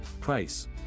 price